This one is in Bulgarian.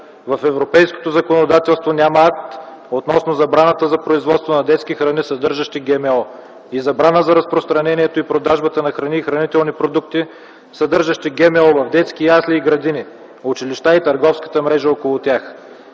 В европейското законодателство няма акт относно забраната за производство на детски храни, съдържащи ГМО, и забрана за разпространението и продажбата на храни и хранителни продукти, съдържащи ГМО в детски ясли и градини, училища и търговската мрежа около тях.